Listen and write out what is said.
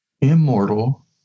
immortal